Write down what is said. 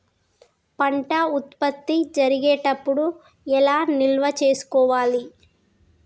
పంట ఉత్పత్తి జరిగేటప్పుడు ఎలా నిల్వ చేసుకోవాలి?